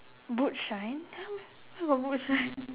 boot shine !huh! where got boot shine